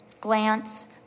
glance